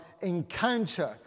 encounter